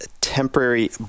temporary